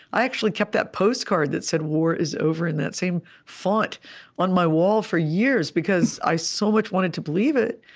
i actually kept that postcard that said war is over in that same font on my wall, for years, because i so much wanted to believe it.